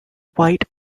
white